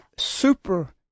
super